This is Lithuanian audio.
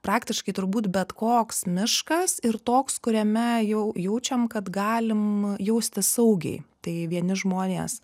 praktiškai turbūt bet koks miškas ir toks kuriame jau jaučiam kad galim jaustis saugiai tai vieni žmonės